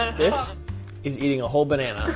this is eating a whole banana.